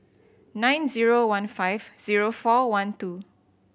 nine zero one five zero four one two